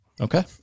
Okay